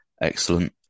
excellent